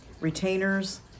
retainers